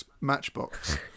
matchbox